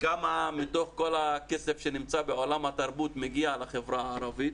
כמה מתוך כל הכסף שנמצא בעולם התרבות מגיע לחברה הערבית.